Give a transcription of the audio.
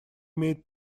имеет